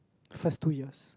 first two years